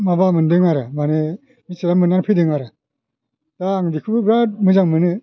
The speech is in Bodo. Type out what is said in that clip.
माबा मोन्दों आरो माने मिथिनानै मोननाय फैदों आरो दा आं बेखौबो बिराद मोजां मोनो